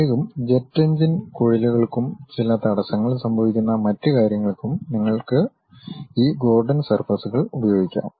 പ്രത്യേകിച്ചും jet engine കുഴലുകൾക്കും ചില തടസ്സങ്ങൾ സംഭവിക്കുന്ന മറ്റ് കാര്യങ്ങൾക്കും നിങ്ങൾ ഈ ഗോർഡൻ സർഫസ്കൾ ഉപയോഗിക്കുന്നു